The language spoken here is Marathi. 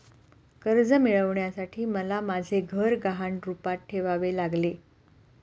कर्ज मिळवण्यासाठी मला माझे घर गहाण रूपात ठेवावे लागले